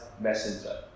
messenger